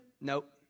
nope